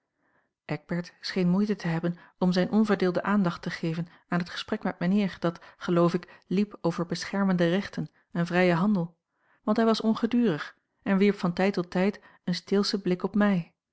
eckbert scheen moeite te hebben om zijne onverdeelde aandacht te geven aan het gesprek met mijnheer dat geloof ik liep over beschermende rechten en vrijen handel want hij was ongedurig en wierp van tijd tot tijd een steelschen blik op mij